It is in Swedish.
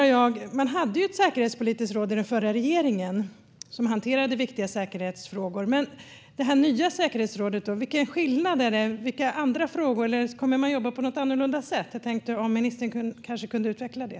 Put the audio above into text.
Den förra regeringen hade ett säkerhetspolitiskt råd som hanterade viktiga säkerhetsfrågor. Vilken skillnad är det mot det nya säkerhetsrådet? Vilka andra frågor kommer att hanteras? Kommer man att jobba på något annorlunda sätt? Ministern kunde kanske utveckla det.